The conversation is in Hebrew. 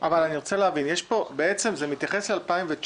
אני רוצה להבין: בעצם זה מתייחס ל-2019.